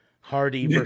Hardy